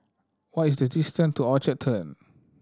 what is the distance to Orchard Turn